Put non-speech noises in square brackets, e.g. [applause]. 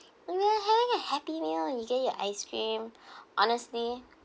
[breath] we will having a happy meal you get your ice cream [breath] honestly